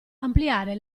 ampliare